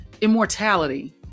immortality